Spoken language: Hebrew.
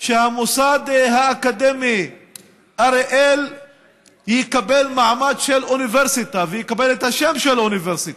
שהמוסד האקדמי אריאל יקבל מעמד של אוניברסיטה ויקבל את השם אוניברסיטה.